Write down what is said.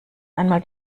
einmal